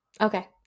okay